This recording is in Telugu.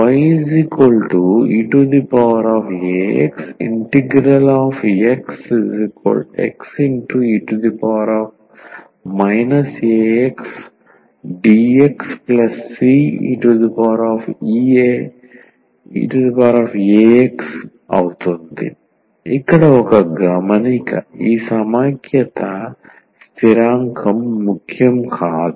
⟹yeaxXe axdxCeax ఇక్కడ ఒక గమనిక ఈ సమైక్యత స్థిరాంకం ముఖ్యం కాదు